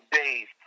days